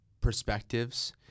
perspectives